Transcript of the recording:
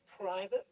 private